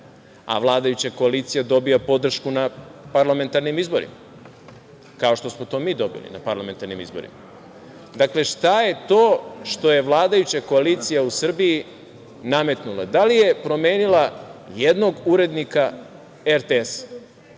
a vladajuća koalicija dobija podršku na parlamentarnim izborima, kao što smo to mi dobili na parlamentarnim izborima. Dakle, šta je to što je vladajuća koalicija u Srbiji nametnula? Da li je promenila jednog urednika RTS-a?